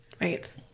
Right